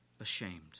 ashamed